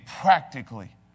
practically